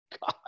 God